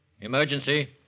emergency